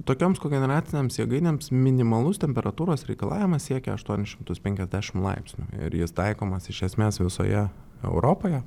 tokioms kogeneracinėms jėgainėms minimalus temperatūros reikalavimas siekia aštuonis šimtus penkiasdešim laipsnių ir jis taikomas iš esmės visoje europoje